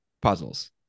puzzles